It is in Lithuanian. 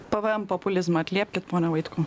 pvm populizmą atliepkit ponia vaitkau